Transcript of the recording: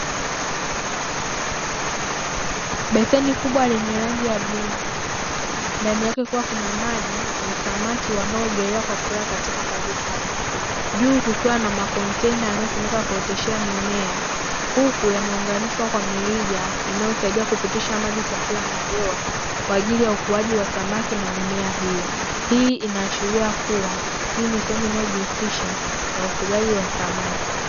Beseni kubwa lenye rangi ya bluu ndani yake kukiwa na maji na samaki wanaoogelea kwa furaha katika maji hayo, juu kukiwa na makontena yanayotumika kuoteshea mimea. Huku yameunganishwa kwa mirija inayosaidia kupitisha maji, chakula na hewa kwa ajili ya ukuaji wa samaki na mimea hiyo. Hii inaashiria kuwa hii ni sehemu inayojihusisha na ufugaji wa samaki.